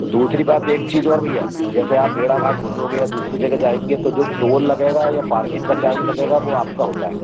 दूसरी बात एक चीज़ और भैया जैसा आप भेड़ाघाट घुसोगे या दूसरी जगह जाएंगे जो टोल लगेगा या पार्किंग का चार्ज लगेगा वो आपका होता है